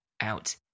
out